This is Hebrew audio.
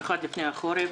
במיוחד לפני החורף,